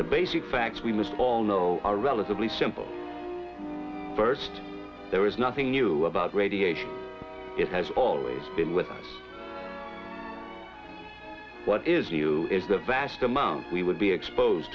the basic facts we must all know are relatively simple first there is nothing new about radiation it has always been with us what is new is the vast amount we will be exposed